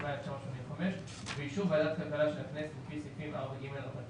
התשמ"ה-1985 ובאישור ועדת הכלכלה של הכנסת לפי סעיפים 4ג(ב)(7)